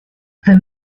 the